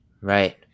Right